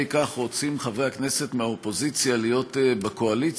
כך רוצים חברי הכנסת מהאופוזיציה להיות בקואליציה,